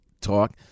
talk